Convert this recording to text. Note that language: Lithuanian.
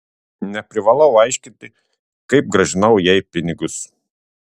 neprivalau aiškinti kaip grąžinau jai pinigus